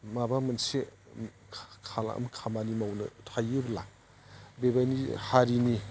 माबा मोनसे खामानि मावनो थायोब्ला बेबायदि हारिनि